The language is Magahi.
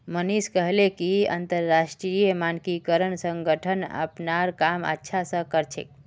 मनीषा कहले कि अंतरराष्ट्रीय मानकीकरण संगठन अपनार काम अच्छा स कर छेक